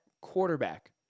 quarterback